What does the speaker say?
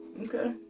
okay